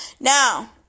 Now